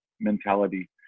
mentality